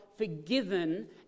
forgiven